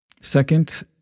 Second